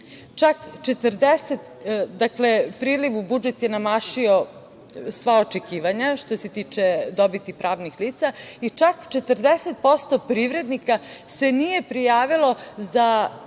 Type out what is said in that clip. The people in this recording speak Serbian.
lica. Dakle priliv u budžet je premašio sva očekivanja što se tiče dobiti pravnih lica i čak 40% privrednika se nije prijavilo za